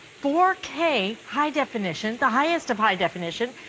four k high-definition. the highest of high definition.